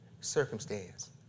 circumstance